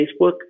Facebook